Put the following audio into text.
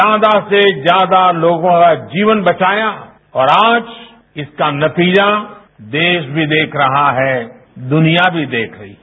ज्यादा से ज्यादा लोगों का जीवन बचाया और आज इसका नतीजा देश भी देख रहा है दुनिया भी देख रही है